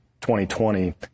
2020